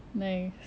nice